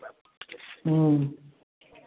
ह्म्म